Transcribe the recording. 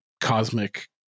cosmic